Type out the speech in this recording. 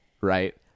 right